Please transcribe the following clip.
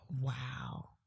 Wow